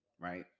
right